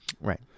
right